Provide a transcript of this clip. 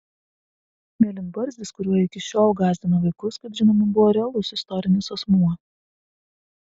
mėlynbarzdis kuriuo iki šiol gąsdina vaikus kaip žinoma buvo realus istorinis asmuo